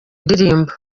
ndirimbo